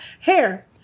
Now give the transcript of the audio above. Hair